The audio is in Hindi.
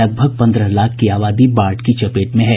लगभग पन्द्रह लाख की आबादी बाढ़ की चपेट में है